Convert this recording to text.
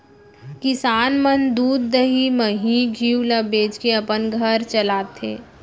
किसान मन दूद, दही, मही, घींव ल बेचके अपन घर चलाथें